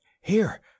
Here